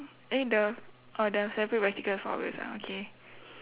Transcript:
eh the oh the separate bicycle four wheels ah okay